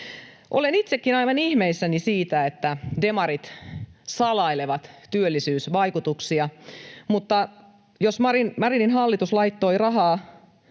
Olen itsekin aivan ihmeissäni siitä, että demarit salailevat työllisyysvaikutuksia, mutta jos Marinin hallitus laittoi rahaa